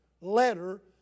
letter